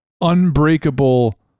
unbreakable